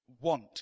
want